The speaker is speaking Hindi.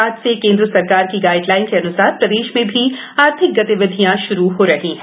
आज से केंद्र सरकार की गाइडलाइन के अन्सार प्रदेश में भी आर्थिक गतिविधियां शुरू हो रही हैं